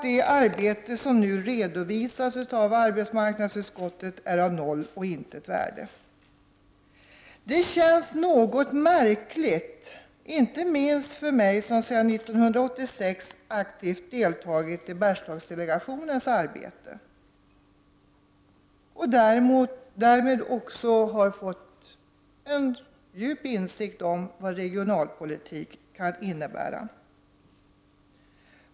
Det arbete som nu redovisas av arbetsmarknadsutskottet verkar vara av noll och intet värde. Detta känns något märkligt, inte minst för mig som sedan 1986 aktivt deltagit i Bergslagsdelegationens arbete. Därmed har jag också fått en djup insikt om vad regionalpolitik kan innebära.